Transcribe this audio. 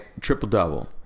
triple-double